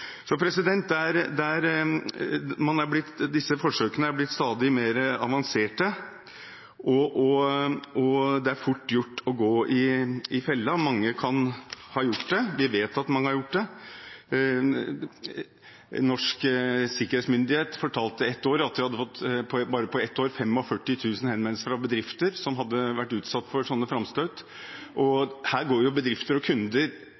Disse forsøkene er blitt stadig mer avanserte, og det er fort gjort å gå i fella. Mange kan ha gjort det – vi vet at noen har gjort det. Nasjonal sikkerhetsmyndighet fortalte at de bare på ett år hadde fått 45 000 henvendelser fra bedrifter som hadde vært utsatt for slike framstøt, og her går jo bedrifter og kunder